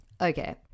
Okay